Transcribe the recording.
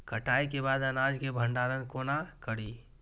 कटाई के बाद अनाज के भंडारण कोना करी?